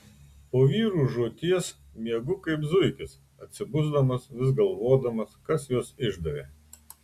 po vyrų žūties miegu kaip zuikis atsibusdamas vis galvodamas kas juos išdavė